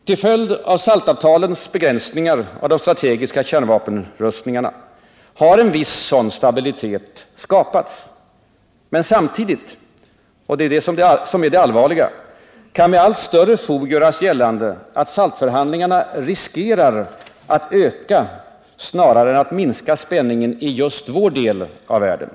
Till följd av SALT-avtalens begränsningar av de strategiska kärnvapenrustningarna har en viss sådan stabilitet skapats. Men samtidigt — och det är det allvarliga — kan med allt större fog göras gällande att SALT-förhandling arna riskerar att öka snarare än att minska spänningen i just vår del av världen.